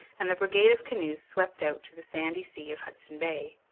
and the brigade of canoes swept out to the sandy sea of hudson bay.